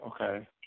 okay